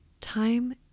Time